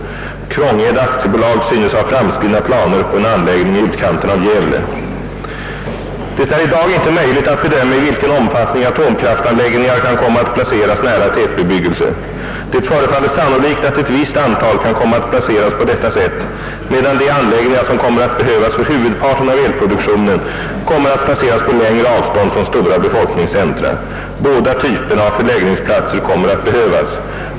Krångede AB synes ha framskridna planer på en anläggning i utkanten av Gävle. Det är i dag inte möjligt att bedöma i vilken omfattning atomkraftanläggningar kan komma att placeras nära tätbebyggelse. Det förefaller sannolikt att ett visst antal kan komma att placeras på detta sätt medan de anläggningar, som kommer att behövas för huvudparten av elproduktionen, kommer att placeras på längre avstånd från stora befolkningscentra. Båda typerna av förläggningsplatser kommer att behövas.